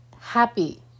happy